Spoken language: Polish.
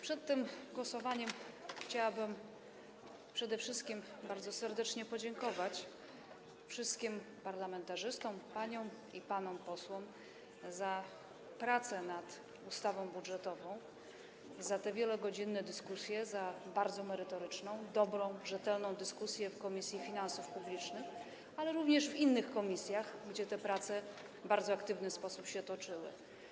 Przed tym głosowaniem chciałabym przede wszystkim bardzo serdecznie podziękować wszystkim parlamentarzystom, paniom i panom posłom, za prace nad ustawą budżetową, za wielogodzinne dyskusje, za bardzo merytoryczną, dobrą, rzetelną dyskusję w Komisji Finansów Publicznych, ale również w innych komisjach, gdzie te prace w bardzo aktywny sposób się toczyły.